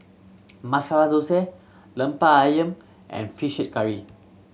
Masala Thosai Lemper Ayam and Fish Head Curry